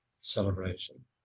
celebration